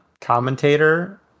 commentator